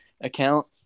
account